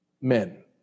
men